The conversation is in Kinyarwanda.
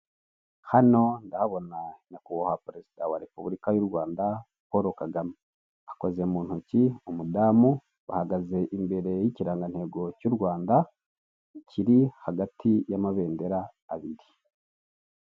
Hano ndahabona nyakubahwa perezida warepubulika y'u Rwanda Paul Kagame. Akoze mu ntoki umudamu bahagaze imbere y'ikirangantego cy'u Rwanda kiri hagati y'amabendera abiri.